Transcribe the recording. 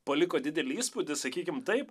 paliko didelį įspūdį sakykim taip